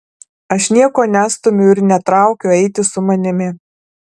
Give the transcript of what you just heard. aš nieko nestumiu ir netraukiu eiti su manimi